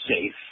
safe